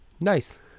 Nice